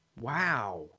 wow